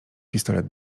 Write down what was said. pistolet